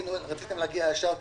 רציתם להגיע ישר לנקודה.